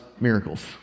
miracles